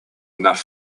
enough